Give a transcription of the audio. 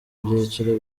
byiciro